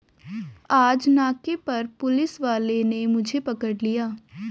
आज नाके पर पुलिस वाले ने मुझे पकड़ लिया